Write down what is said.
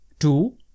Two